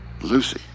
Lucy